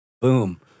Boom